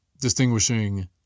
distinguishing